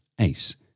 ace